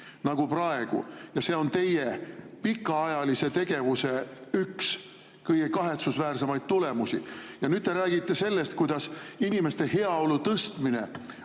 nagu praegu. Ja see on teie pikaajalise tegevuse üks kõige kahetsusväärsemaid tulemusi. Ja nüüd te räägite sellest, kuidas inimeste heaolu tõstmine